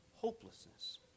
hopelessness